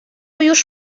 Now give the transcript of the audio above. już